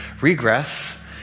regress